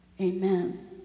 Amen